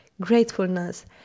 gratefulness